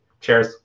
Cheers